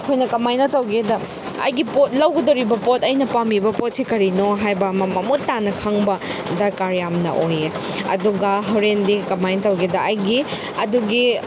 ꯑꯩꯈꯣꯏꯅ ꯀꯃꯥꯏꯅ ꯇꯧꯒꯦꯗ ꯑꯩꯒꯤ ꯄꯣꯠ ꯂꯧꯒꯗꯣꯔꯤꯕ ꯄꯣꯠ ꯑꯩꯅ ꯄꯥꯝꯃꯤꯕ ꯄꯣꯠꯁꯤ ꯀꯔꯤꯅꯣ ꯍꯥꯏꯕ ꯑꯃ ꯃꯃꯨꯠ ꯇꯥꯅ ꯈꯪꯕ ꯗꯔꯀꯥꯔ ꯌꯥꯝꯅ ꯑꯣꯌꯦ ꯑꯗꯨꯒ ꯍꯣꯔꯦꯟꯗꯤ ꯀꯃꯥꯏꯅ ꯇꯧꯒꯦꯗ ꯑꯩꯒꯤ ꯑꯗꯨꯒꯤ